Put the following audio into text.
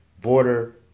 border